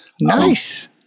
Nice